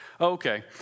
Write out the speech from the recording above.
okay